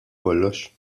kollox